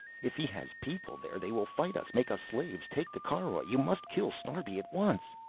if he has people there they will fight us, make us slaves take the caroj. you must kill snarbi at once.